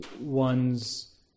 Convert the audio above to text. one's